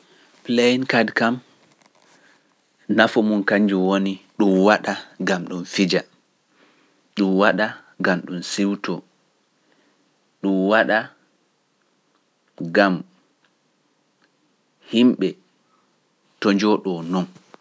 Fijirki kati kam nafo mum kanjum woni ɗum waɗa gam ɗum fija, ɗum waɗa gam ɗum siwtoo, ɗum waɗa gam himɓe to njooɗoo noon.